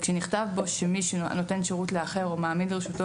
נכתב בו ש"מי שנותן שירות לאחר או מעמיד לרשותו